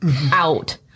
out